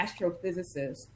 astrophysicist